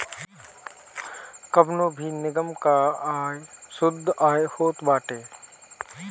कवनो भी निगम कअ आय शुद्ध आय होत बाटे